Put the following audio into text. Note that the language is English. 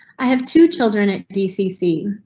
i have two children. at dcc,